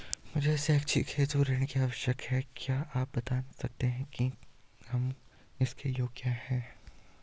मुझे शैक्षिक हेतु ऋण की आवश्यकता है क्या आप बताना सकते हैं कि हम इसके योग्य हैं?